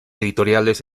editoriales